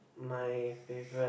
my favourite